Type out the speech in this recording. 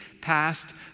past